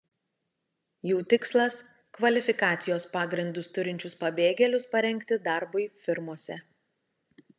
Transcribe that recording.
jų tikslas kvalifikacijos pagrindus turinčius pabėgėlius parengti darbui firmose